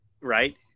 Right